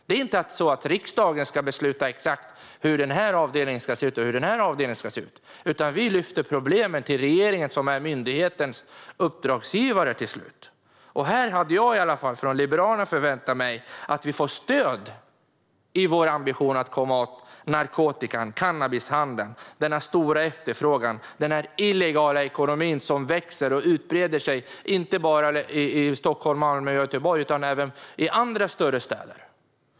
Det är inte så att riksdagen ska besluta exakt hur den eller den avdelningen ska se ut, utan vi lyfter fram problemen till regeringen som är myndighetens uppdragsgivare. Här hade jag från Liberalerna förväntat mig att vi skulle få stöd i vår ambition att komma åt narkotikan och cannabishandeln, den stora efterfrågan och den illegala ekonomi som växer och breder ut sig, inte bara i Stockholm, Malmö och Göteborg utan även i andra större städer.